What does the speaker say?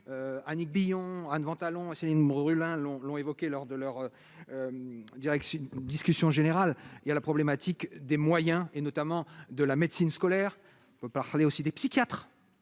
Annick Billon Anne talons et Céline Brulin, long, long évoqué lors de leur direction discussion générale il y a la problématique des moyens et notamment de la médecine scolaire, on peut parler aussi des psychiatres